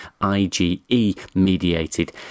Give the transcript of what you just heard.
IgE-mediated